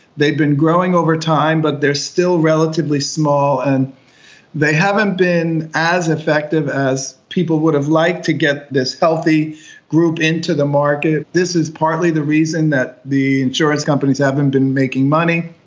they've been growing over time but they are still relatively small, and they haven't been as effective as people would have liked, to get this healthy group into the market. this is partly the reason that the insurance companies haven't been making money.